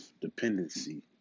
dependency